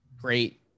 great